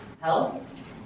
health